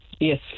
yes